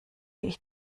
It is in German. ich